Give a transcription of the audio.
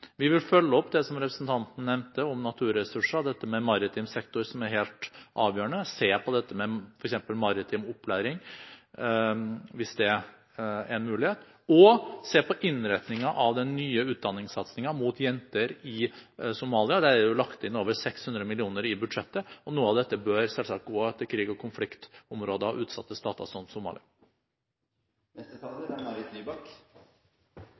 Vi vil følge opp det som representanten nevnte om naturressurser, dette med maritim sektor, som er helt avgjørende. Vi vil se på dette med f.eks. maritim opplæring, hvis det er en mulighet, og vi vil se på innretningen av den nye utdanningssatsingen rettet mot jenter i Somalia. Det er jo lagt inn over 600 mill. kr i budsjettet, og noe av dette bør selvsagt gå til krigs- og konfliktområder og utsatte stater, som